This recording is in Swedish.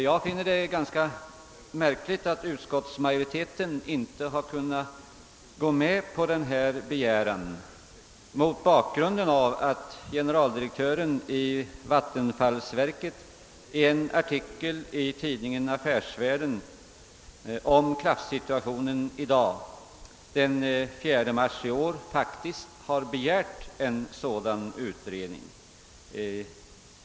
Jag finner det ganska märkligt att utskottsmajoriteten inte har kunnat tillstyrka denna begäran särskilt som generaldirektören i vattenfallsverket i en artikel i tidningen »Affärsvärlden» om elkraftsituationen den 4 mars i år faktiskt har begärt en sådan utredning.